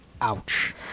ouch